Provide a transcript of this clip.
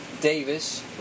Davis